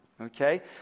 okay